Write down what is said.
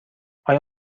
آیا